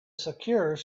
secure